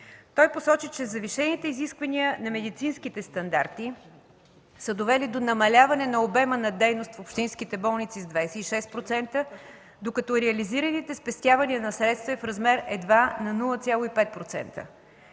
Той посочи, че завишените изисквания на медицинските стандарти са довели до намаляване на обема на дейност в общинските болници с 26%, докато реализираните спестявания на средства е в размер едва на 0,5%.